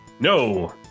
No